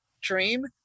dream